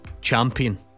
champion